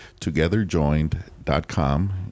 togetherjoined.com